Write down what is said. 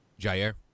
Jair